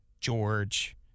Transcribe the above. George